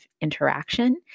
interaction